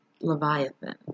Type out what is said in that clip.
Leviathan